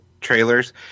trailers